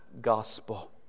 gospel